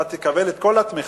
אתה תקבל את כל התמיכה,